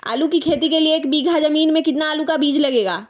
आलू की खेती के लिए एक बीघा जमीन में कितना आलू का बीज लगेगा?